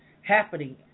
happening